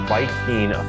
Viking